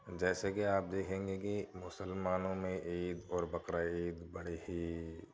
جیسے کہ آپ دیکھیں گے کہ مسلمانوں میں عید اور بقرعید بڑے ہی